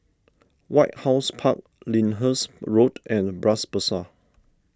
White House Park Lyndhurst Road and Bras Basah